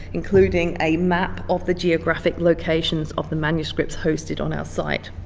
including a map of the geographic locations of the manuscripts hosted on our site.